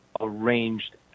Arranged